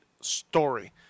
story